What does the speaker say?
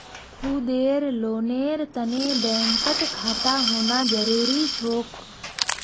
खुदेर लोनेर तने बैंकत खाता होना जरूरी छोक